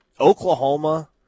Oklahoma